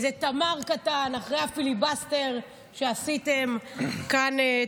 איזה תמר קטן, אחרי הפיליבסטר שעשיתם כאן.